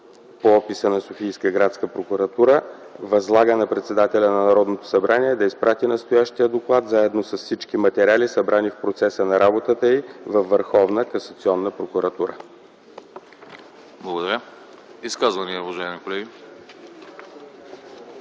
по описа на Софийска градска прокуратура, възлага на председателя на Народното събрание да изпрати настоящия доклад, заедно с всички материали, събрани в процеса на работата й, във Върховна касационна прокуратура.” ПРЕДСЕДАТЕЛ АНАСТАС